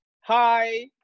Hi